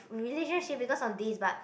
relationship because of this but